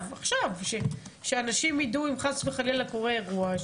אם חס וחלילה קורה אירוע,